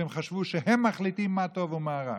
שחשבו שהם מחליטים מה טוב ומה רע.